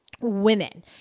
women